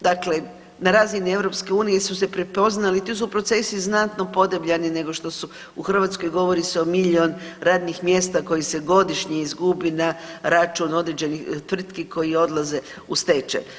Dakle, na razini EU su se prepoznali, ti su procesi znatno podebljani nego što su u Hrvatskoj, govori se o milijun radnih mjesta koji se godišnje izgubi na račun određenih tvrtki koji odlaze u stečaj.